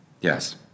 Yes